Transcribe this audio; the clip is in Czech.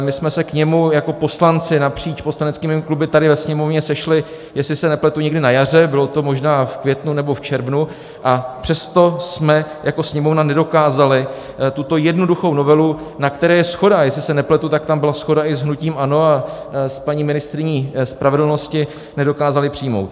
My jsme se k němu jako poslanci napříč poslaneckými kluby tady ve Sněmovně sešli, jestli se nepletu, někdy na jaře, bylo to možná v květnu nebo v červnu, a přesto jsme jako Sněmovna nedokázali tuto jednoduchou novelu, na které je shoda, a jestli se nepletu, tak tam byla shoda i s hnutím ANO a s paní ministryní spravedlnosti, přijmout.